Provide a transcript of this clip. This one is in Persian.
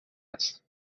هست